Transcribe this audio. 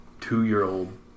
Two-year-old